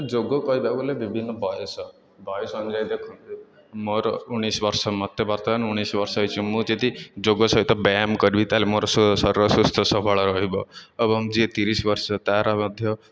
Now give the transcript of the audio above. ଯୋଗ କହିବାକୁ ଗଲେ ବିଭିନ୍ନ ବୟସ ବୟସ ଅନୁଯାୟୀ ଦେଖନ୍ତୁ ମୋର ଉଣେଇଶି ବର୍ଷ ମତେ ବର୍ତ୍ତମାନ ଉଣେଇଶି ବର୍ଷ ହେଇଛି ମୁଁ ଯଦି ଯୋଗ ସହିତ ବ୍ୟାୟାମ୍ କରିବି ତା'ହେଲେ ମୋର ଶରୀର ସୁସ୍ଥ ସଫଳ ରହିବ ଏବଂ ଯିଏ ତିରିଶି ବର୍ଷ ତାର ମଧ୍ୟ